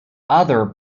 other